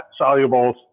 solubles